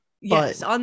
Yes